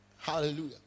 Hallelujah